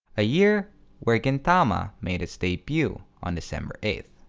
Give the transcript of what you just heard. a year where gintama made its debut on december eighth,